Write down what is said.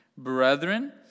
Brethren